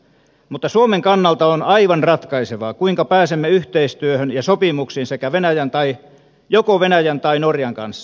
mutta suomen kannalta on aivan ratkaisevaa kuinka pääsemme yhteistyöhön ja sopimuksiin joko venäjän tai norjan kanssa